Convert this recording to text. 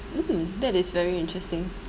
mm that is very interesting